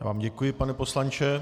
Já vám děkuji, pane poslanče.